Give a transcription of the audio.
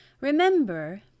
Remember